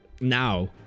now